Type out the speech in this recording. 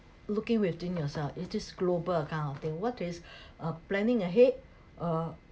looking within yourself it is global kind of thing what is uh planning ahead uh